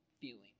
feeling